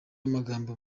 amagambo